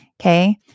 Okay